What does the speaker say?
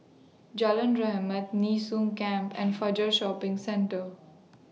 Jalan Rahmat Nee Soon Camp and Fajar Shopping Centre